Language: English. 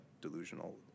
delusional